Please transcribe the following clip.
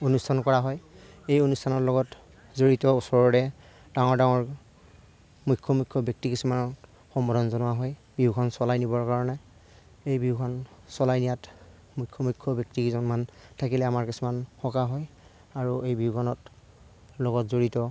অনুষ্ঠান কৰা হয় এই অনুষ্ঠানৰ লগত জড়িত ওচৰৰে ডাঙৰ ডাঙৰ মুখ্য মুখ্য ব্যক্তি কিছুমানক সম্বোধন জনোৱা হয় বিহুখন চলাই নিবৰ কাৰণে এই বিহুখন চলাই নিয়াত মুখ্য মুখ্য ব্যক্তিকেইজনমান থাকিলে আমাৰ কিছুমান সকাহ হয় আৰু এই বিহুখনত লগত জড়িত